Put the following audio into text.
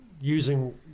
using